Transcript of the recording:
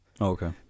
Okay